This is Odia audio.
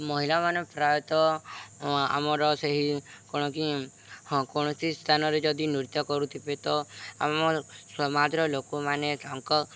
ମହିଳାମାନେ ପ୍ରାୟତଃ ଆମର ସେହି କ'ଣ କି ହଁ କୌଣସି ସ୍ଥାନରେ ଯଦି ନୃତ୍ୟ କରୁଥିବେ ତ ଆମ ସମାଜର ଲୋକମାନେ ତାଙ୍କ